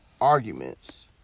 arguments